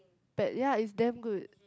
pad ya it's damn good